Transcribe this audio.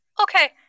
Okay